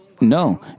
No